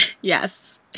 Yes